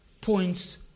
points